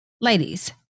Ladies